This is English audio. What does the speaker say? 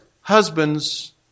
husbands